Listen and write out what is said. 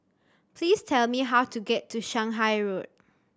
please tell me how to get to Shanghai Road